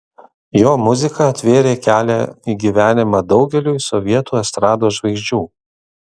jo muzika atvėrė kelią į gyvenimą daugeliui sovietų estrados žvaigždžių